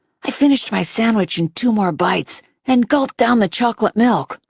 i finished my sandwich in two more bites and gulped down the chocolate milk.